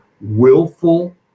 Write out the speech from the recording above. willful